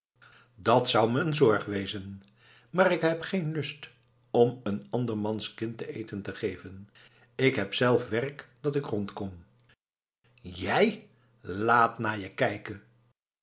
dat zou me een zorg wezen maar ik heb geen lust om een andermans kind te eten te geven k heb zelf werk dat ik rondkom jij laat naar je kijken